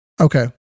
Okay